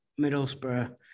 Middlesbrough